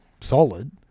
solid